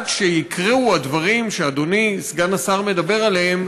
עד שיקרו הדברים שאדוני סגן השר מדבר עליהם